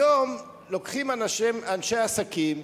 היום לוקחים אנשי עסקים,